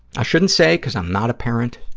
i shouldn't say because i'm not a parent,